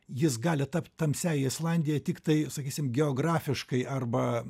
jis gali tapt tamsiąja islandija tiktai sakysim geografiškai arba